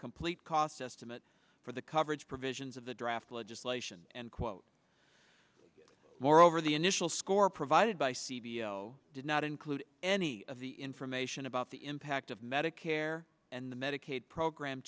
complete cost estimate for the coverage provisions of the draft legislation and quote moreover the initial score provided by cvo did not include any of the information about the impact of medicare and the medicaid program